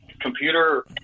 Computer